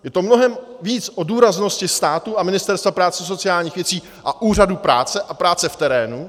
Je to mnohem víc o důraznosti státu a Ministerstva práce a sociálních věcí a úřadu práce a práce v terénu.